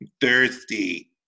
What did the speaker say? Thirsty